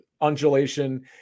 undulation